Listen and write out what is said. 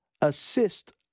assist